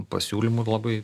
pasiūlymų labai